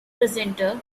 presenter